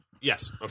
Yes